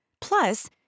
Plus